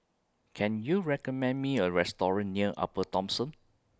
Can YOU recommend Me A Restaurant near Upper Thomson